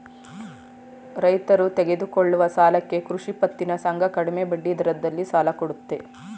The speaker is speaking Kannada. ರೈತರು ತೆಗೆದುಕೊಳ್ಳುವ ಸಾಲಕ್ಕೆ ಕೃಷಿ ಪತ್ತಿನ ಸಂಘ ಕಡಿಮೆ ಬಡ್ಡಿದರದಲ್ಲಿ ಸಾಲ ಕೊಡುತ್ತೆ